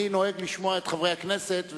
אני נוהג לשמוע את חברי הכנסת,